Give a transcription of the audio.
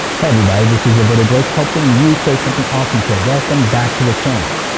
hey everybody, this is roberto blake, helping you create something awesome today. welcome back to the channel.